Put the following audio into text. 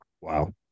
Wow